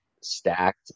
stacked